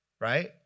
Right